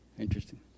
Interesting